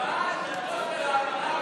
הצבעה,